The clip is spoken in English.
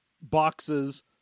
boxes